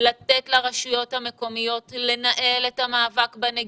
לתת לרשויות המקומיות לנהל את המאבק בנגיף.